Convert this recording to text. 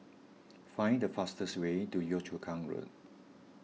find the fastest way to Yio Chu Kang Road